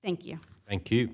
thank you thank you